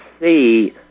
see